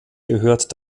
gehört